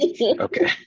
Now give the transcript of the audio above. Okay